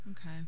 Okay